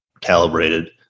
calibrated